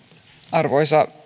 arvoisa